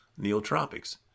Neotropics